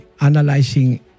analyzing